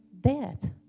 death